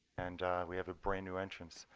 and we have a brand new entrance.